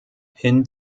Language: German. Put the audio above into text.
hin